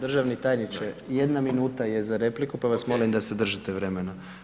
Državni tajniče, jedna minuta je za repliku, pa vas molim da se držite vremena.